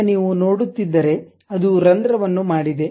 ಈಗ ನೀವು ನೋಡುತ್ತಿದ್ದರೆ ಅದು ರಂಧ್ರವನ್ನು ಮಾಡಿದೆ